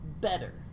better